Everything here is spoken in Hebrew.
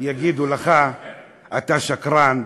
יגידו לך: אתה שקרן,